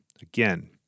Again